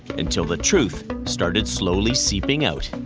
until the truth started slowly seeping out.